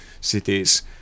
cities